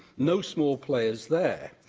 no small players there.